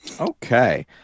Okay